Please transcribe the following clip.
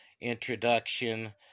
introduction